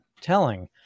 telling